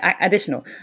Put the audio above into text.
additional